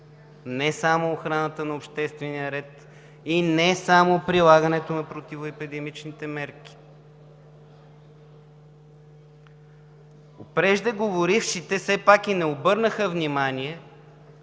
Не само охраната на обществения ред и не само прилагането на противоепидемичните мерки. Преждеговорившите все пак не обърнаха внимание,